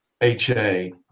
HA